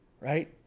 right